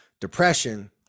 depression